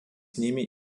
ними